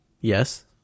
Yes